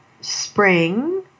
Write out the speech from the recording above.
spring